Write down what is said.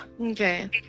Okay